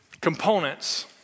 components